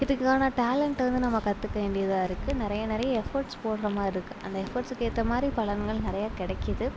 இதுக்கு தான் நான் டேலண்டு இருந்து நம்ம கற்றுக்க வேண்டியதாக இருக்குது நிறைய நிறைய எஃபோர்ட்ஸ் போடுற மாதிரி இருக்குது அந்த எஃபோர்ட்ஸ்க்கு ஏற்ற மாதிரி பலன்கள் நிறையா கிடைக்கிது